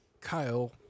Kyle